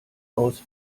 aus